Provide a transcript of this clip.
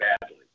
badly